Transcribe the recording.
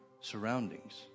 surroundings